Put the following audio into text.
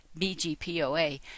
BGPOA